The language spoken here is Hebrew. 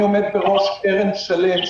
אני עומד בראש קרן שלם,